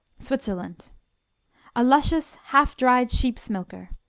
switzerland a luscious half-dried sheep's milker.